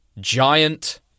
Giant